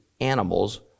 animals